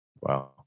Wow